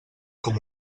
com